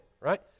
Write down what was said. right